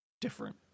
Different